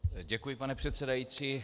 Děkuji, pane předsedající.